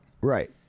Right